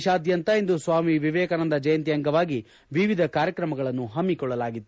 ದೇಶದಾದ್ಯಂತ ಇಂದು ವಿವೇಕಾನಂದ ಜಯಂತಿ ಅಂಗವಾಗಿ ವಿವಿಧ ಕಾರ್ಯಕ್ರಮಗಳನ್ನು ಹಮ್ಮಿಕೊಳ್ಳಲಾಗಿತ್ತು